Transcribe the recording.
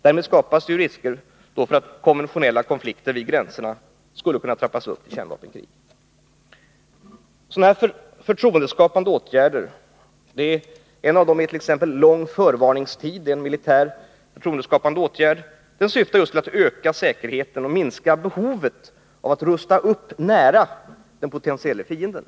Därmed skapas risker för att konventionella konflikter vid gränserna skulle kunna trappas upp till kärnvapenkrig. En sådan förtroendeskapande åtgärd är t.ex. lång förvarningstid. Detta är en militär förtroendeskapande åtgärd som just syftar till att öka säkerheten och minska behovet av att rusta upp nära den potentielle fienden.